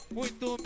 muito